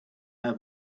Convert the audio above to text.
have